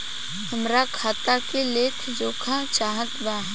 हमरा खाता के लेख जोखा चाहत बा?